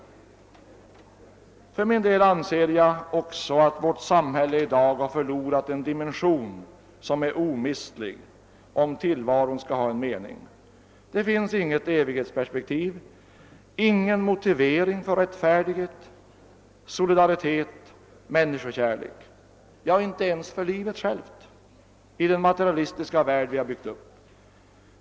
Jag anser också att vårt samhälle i dag förlorat en dimension som är omistlig om tillvaron skall ha en mening. Det finns inget evighetsperspektiv, ingen motivering för rättfärdighet, solidaritet, människokärlek, ja inte ens för livet självt i den materialistiska värld vi byggt upp.